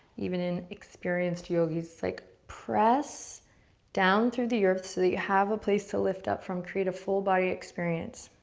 even in experienced yogis, it's like, press down through the earth so that you have a place to lift up from. create a full body experience.